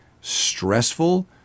stressful